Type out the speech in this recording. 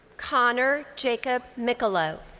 connor jacob micolo.